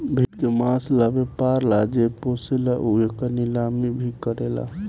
भेड़ के मांस ला व्यापर ला जे पोसेला उ एकर नीलामी भी करेला